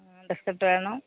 അണ്ടസ്കേട്ട് വേണം